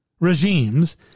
regimes